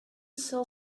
sell